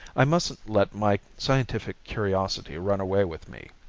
i mustn't let my scientific curiosity run away with me.